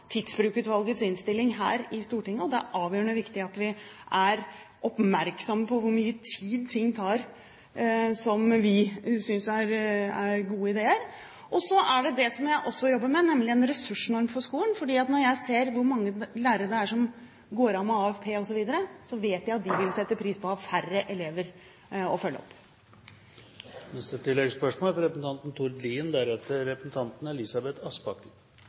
Tidsbrukutvalgets innstilling her i Stortinget, og det er avgjørende viktig at vi er oppmerksomme på hvor mye tid det som vi synes er gode ideer, tar. Og så er det det som jeg også jobber med, nemlig en ressursnorm for skolen. Når jeg ser hvor mange lærere det er som går av med AFP, osv., vet jeg at de vil sette pris på å ha færre elever å følge opp. Tord Lien – til oppfølgingsspørsmål. Det er